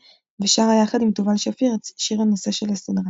ושרה יחד עם תובל שפיר את שיר הנושא של הסדרה.